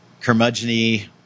curmudgeonly